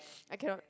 I cannot